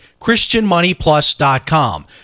christianmoneyplus.com